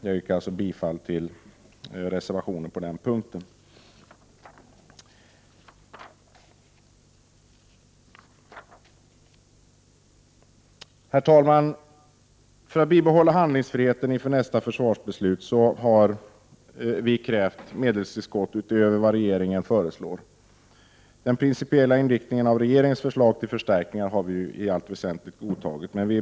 Jag yrkar bifall till reservation 2 på den punkten. Herr talman! För att bibehålla handlingsfriheten inför nästa försvarsbeslut har moderaterna krävt medelstillskott utöver vad regeringen föreslår. Den principiella inriktningen av regeringens förslag till förstärkningar har vi i allt väsentligt godtagit.